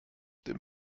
dem